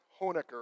Honecker